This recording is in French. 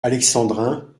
alexandrin